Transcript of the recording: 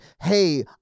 hey